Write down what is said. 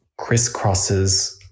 crisscrosses